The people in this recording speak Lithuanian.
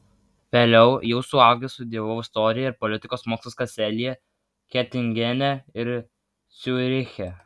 vėliau jau suaugęs studijavau istoriją ir politikos mokslus kaselyje getingene ir ciuriche